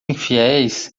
infiéis